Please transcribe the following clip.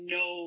no